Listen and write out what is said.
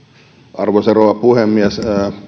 arvoisa rouva puhemies